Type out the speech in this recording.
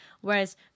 whereas